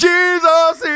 Jesus